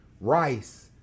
rice